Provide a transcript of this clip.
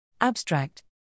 Abstract